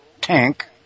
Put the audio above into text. tank